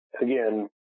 again